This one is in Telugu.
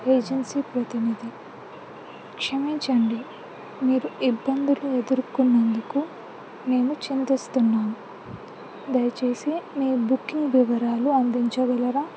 ఏజెన్సీ ప్రతినిధి క్షమించండి మీరు ఇబ్బందులు ఎదుర్కున్నందుకు మేము చింతిస్తున్నాను దయచేసి మీ బుకింగ్ వివరాలు అందించగలరా